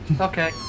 Okay